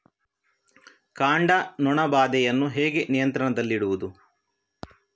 ಕಾಂಡ ನೊಣ ಬಾಧೆಯನ್ನು ಹೇಗೆ ನಿಯಂತ್ರಣದಲ್ಲಿಡುವುದು?